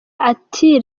ati